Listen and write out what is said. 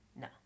No